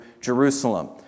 Jerusalem